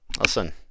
Listen